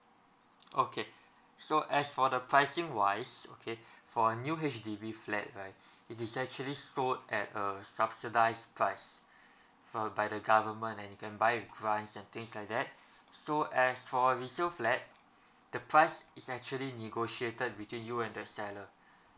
okay so as for the pricing wise okay for new H_D_B flat right it is actually sold at a subsidized price uh by the government and you can buy with grants and things like that so as for resale flat the price is actually negotiated between you and the seller